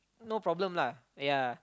no problem lah ya